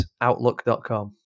outlook.com